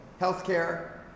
healthcare